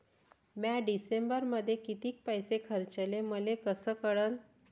म्या डिसेंबरमध्ये कितीक पैसे खर्चले मले कस कळन?